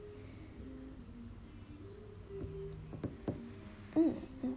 mm